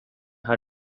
her